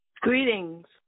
Greetings